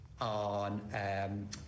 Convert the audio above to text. on